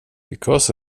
because